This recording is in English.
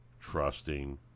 trusting